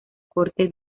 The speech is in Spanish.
corte